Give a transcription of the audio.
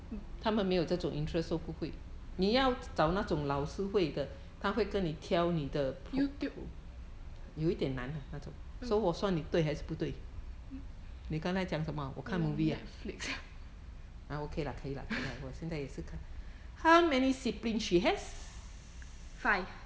youtube netflix ah five